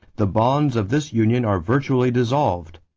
the bonds of this union are virtually dissolved.